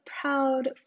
proud